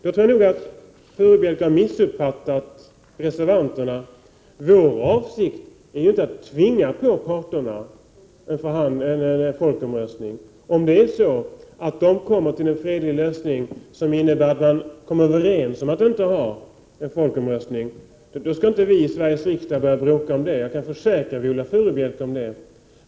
Då tror jag att Viola Furubjelke har missuppfattat oss reservanter. Vår avsikt är inte att tvinga på parterna en folkomröstning. Om de kommer till en fredlig lösning som innebär att man kommer överens om att inte ha en folkomröstning skall inte vi i Sveriges riksdag börja bråka om det. Jag kan försäkra Viola Furubjelke om det.